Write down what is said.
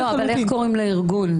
איך קוראים לארגון?